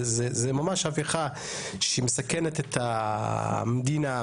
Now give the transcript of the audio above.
זה ממש הפיכה שמסכנת את המדינה,